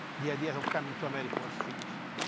the idea of coming to america was finished.